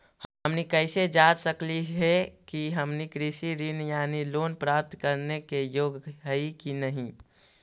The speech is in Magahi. हमनी कैसे जांच सकली हे कि हमनी कृषि ऋण यानी लोन प्राप्त करने के योग्य हई कि नहीं?